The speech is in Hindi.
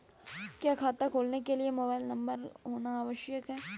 क्या खाता खोलने के लिए मोबाइल नंबर होना आवश्यक है?